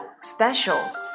special